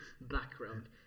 background